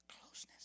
Closeness